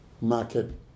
market